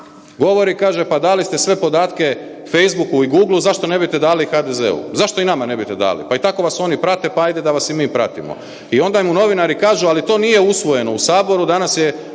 Govori, kaže, pa dali ste sve podatke Facebooku i Googleu, zašto ne biste dali i HDZ-u? Zašto i nama ne biste dali, pa i tako vas oni prate, pa hajde da vas i mi pratimo. I onda im novinari kažu, ali to nije usvojeno u Saboru, danas je,